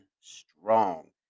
strong